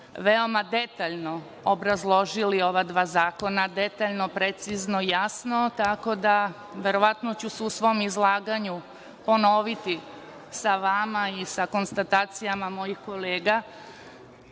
veoma detaljno obrazložili ova dva zakona, detaljno, precizno i jasno, tako da verovatno ću se u svom izlaganju ponoviti sa vama i sa konstatacijama mojih kolega,